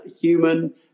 human